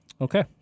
Okay